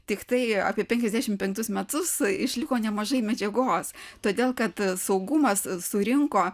tiktai apie penkiasdešimt penktus metus išliko nemažai medžiagos todėl kad saugumas surinko